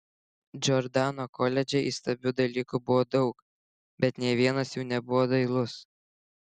džordano koledže įstabių dalykų buvo daug bet nė vienas jų nebuvo dailus